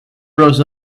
rose